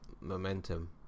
momentum